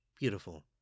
Beautiful